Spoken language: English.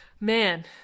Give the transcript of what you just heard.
man